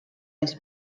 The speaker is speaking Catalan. els